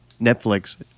Netflix